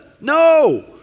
No